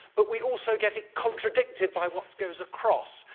but we also get it contradicted by what goes across.